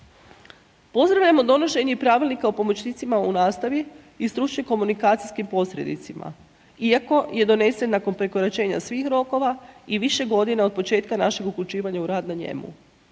Pozdravljamo donošenje i Pravilnika o pomoćnicima u nastavi i stručnim komunikacijskim posrednicima. Iako je donesen nakon prekoračenja svih rokova i više godina od početka našeg upućivanja u rad na njemu.